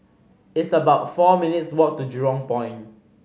it's about four minutes' walk to Jurong Point